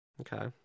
Okay